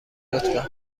لطفا